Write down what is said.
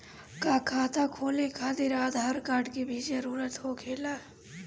का खाता खोले खातिर आधार कार्ड के भी जरूरत होखेला?